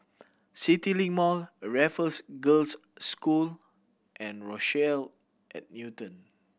CityLink Mall Raffles Girls' School and Rochelle at Newton